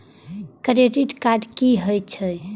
Credit card की हे छे?